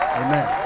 amen